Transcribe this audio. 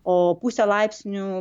o pusę laipsnių